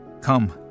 Come